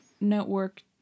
network